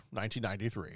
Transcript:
1993